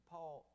Paul